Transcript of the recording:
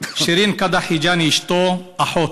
ושירין קדא היג'אני, אשתו, אחות,